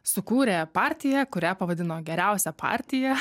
sukūrė partiją kurią pavadino geriausia partija